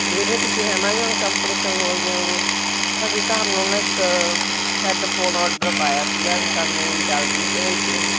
ਵੀਰੇ ਤੁਸੀਂ Amazon company ਤੋਂ ਬੋਲਦੇ ਹੋਗੇ ਅਸੀਂ ਤੁਹਾਨੂੰ ਨਾ ਇੱਕ ਹੈਡਫੋਨ ਔਡਰ ਪਾਇਆ ਸੀਗਾ ਵੀ ਸਾਨੂੰ ਵੀ ਜਲਦੀ ਭੇਜ ਦਿਓ